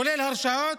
כולל הרשעות,